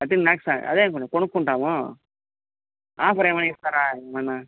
thirteen lakhs అదే sir కొనుక్కుంటాము offer ఏమైనా ఇస్తారా ఏమైనా